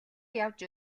явж